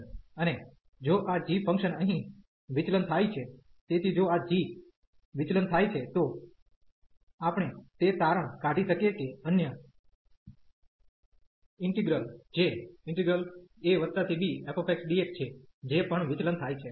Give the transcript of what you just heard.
અને જો આ g ફંક્શન અહીં વિચલન થાય છે તેથી જો આ g વિચલન થાય છે તો આપણે તે તારણ કાઢી શકીએ કે અન્ય ઇન્ટિગ્રલ જે abfxdx છે જે પણ વિચલન થાય છે